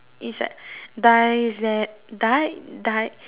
is like die Z died died